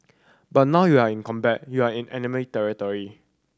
but now you're in combat you're in enemy territory